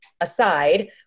aside